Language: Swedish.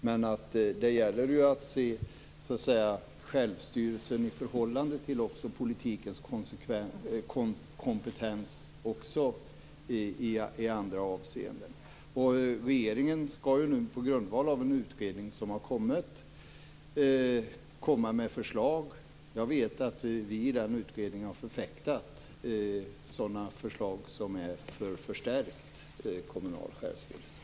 Men det gäller ju att se självstyrelsen i förhållande till politikens kompetens också i andra avseenden. Regeringen skall nu komma med förslag på grundval av en utredning som har kommit. Jag vet att vi i den utredningen har förfäktat förslag som är för förstärkt kommunal självstyrelse.